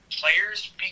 players